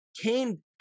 Cain